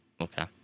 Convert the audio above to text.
Okay